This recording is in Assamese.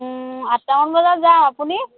আঠটামান বজাত যাম আপুনি